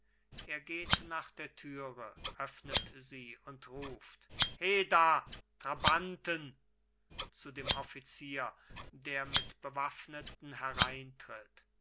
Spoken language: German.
er geht nach der türe öffnet sie und ruft he da trabanten zu dem offizier der mit bewaffneten hereintritt